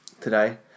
today